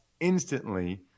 instantly